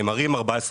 הם מראים 14%,